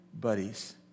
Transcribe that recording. buddies